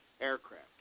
aircraft